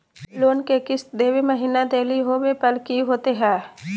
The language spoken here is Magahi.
लोन के किस्त देवे महिना देरी होवे पर की होतही हे?